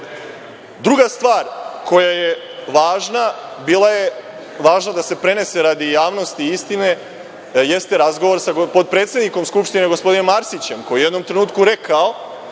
grupa. Druga stvar koja je važna, bila je važna da se prenese radi javnosti i istine, jeste razgovor sa gospodinom potpredsednikom Skupštine, gospodinom Arsićem, koji je u jednom trenutku rekao